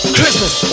Christmas